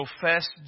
profess